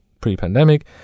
pre-pandemic